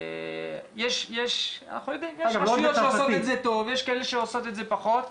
יש רשויות שעושות את זה טוב,